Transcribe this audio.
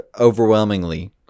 overwhelmingly